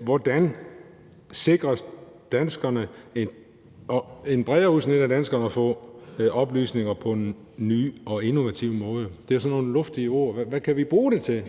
Hvordan sikres et bredere udsnit af danskerne at få oplysninger på nye og innovative måder? Det er sådan nogle luftige ord; hvad kan vi bruge det til?